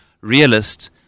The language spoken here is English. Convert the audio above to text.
realist